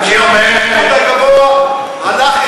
שהפיקוד הגבוה הלך אתו לבית-כלא?